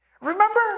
remember